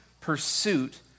pursuit